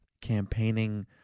campaigning